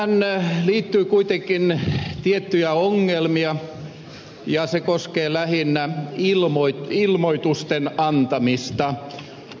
tähän liittyy kuitenkin tiettyjä ongelmia ja ne koskevat lähinnä ilmoitusten antamista